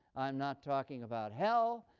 i'm not talking about hell.